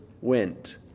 went